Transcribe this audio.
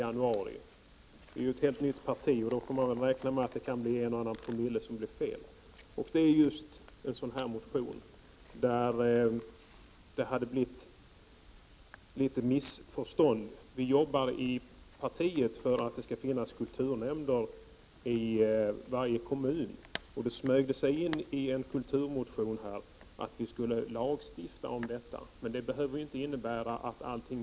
Miljöpartiet är ju ett helt nytt parti, och då får man väl räkna med att en och annan promille av yrkandena kan bli fel. Det gäller just motionen om kulturnämndsobligatoriet. Vi jobbar i partiet för att det skall finnas kulturnämnder i varje kommun. Det smög sig då i en kulturmotion in ett krav på lagstiftning om detta. Men allting behöver ju inte genomföras uppifrån.